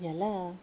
ya lah